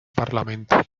parlamento